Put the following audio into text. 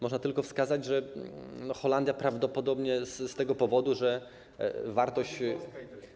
Można tylko wskazać, że Holandia prawdopodobnie z tego powodu, że wartość.